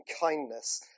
kindness